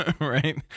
right